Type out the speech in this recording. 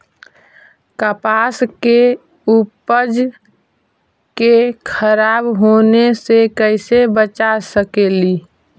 कपास के उपज के खराब होने से कैसे बचा सकेली?